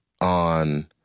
on